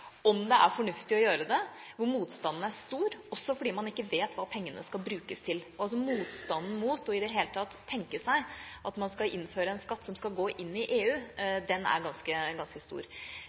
om det er fornuftig å gjøre det, og hvor motstanden er stor, også fordi man ikke vet hva pengene skal brukes til. Motstanden mot i det hele tatt å tenke seg at det skal innføres en skatt som skal gå inn i EU, er ganske stor.